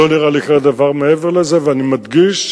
לא נראה לי שיקרה דבר מעבר לזה, ואני מדגיש: